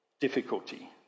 difficulty